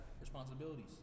responsibilities